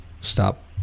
stop